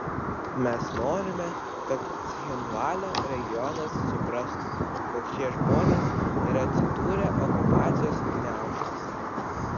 mes norime kad cchinvalio regionas suprastų jog šie žmonės yra atsidūrę okupacijos gniaužtuose